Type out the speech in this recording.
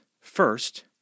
First